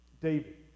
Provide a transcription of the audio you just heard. David